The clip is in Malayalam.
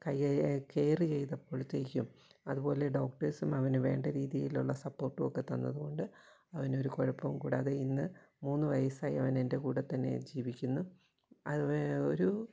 കൈയ് കെയർ ചെയ്തപ്പോഴത്തേക്കും അതുപോലെ ഡോക്റ്റേഴ്സും അവന് വേണ്ട രീതിയിലുള്ള സപ്പോർട്ടു ഒക്കെ തന്നതു കൊണ്ട് അവനൊരു കുഴപ്പവും കൂടാതെ ഇന്ന് മൂന്ന് വയസായി അവനെന്റെ കൂടത്തന്നെ ജീവിക്കുന്നു അതുവേ ഒരു